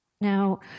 Now